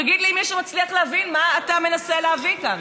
תגיד לי אם מישהו מצליח להבין מה אתה מנסה להביא כאן.